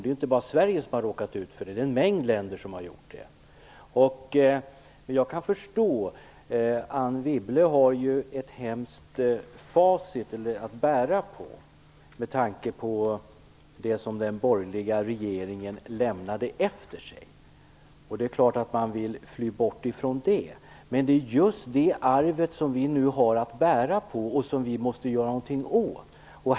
Det är inte bara Sverige som har råkat ut för det, en mängd länder har gjort det. Jag kan förstå. Anne Wibble har ett hemskt facit att bära på med tanke på det som den borgerliga regeringen lämnade efter sig. Det är klart att man vill fly bort ifrån det. Men det är just det arvet vi nu har att bära på och som vi måste göra någonting åt.